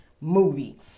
movie